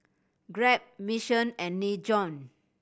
Grab Mission and Nin Jiom